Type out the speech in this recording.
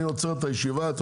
לא, שמענו אותך בישיבה הקודמת.